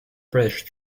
british